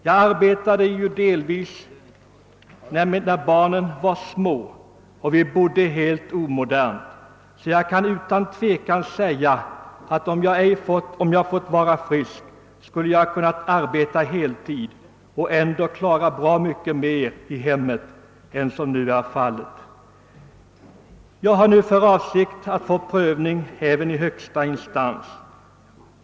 Jag arbetade ju delvis när barnen var små och vi bodde helt omodernt, så jag kan utan tvekan säga att om jag fått vara frisk, skulle jag kunnat arbeta heltid, och ändå klarat bra mycket mer i hemmet än som nu är fallet. Vi har nu för avsikt att få prövning även i högsta instans.